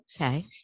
Okay